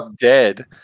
dead